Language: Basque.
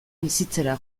bizitzera